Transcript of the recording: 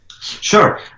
Sure